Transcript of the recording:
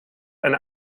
eine